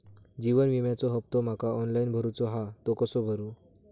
जीवन विम्याचो हफ्तो माका ऑनलाइन भरूचो हा तो कसो भरू?